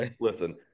listen